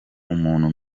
umuntu